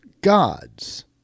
gods